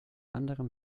anderem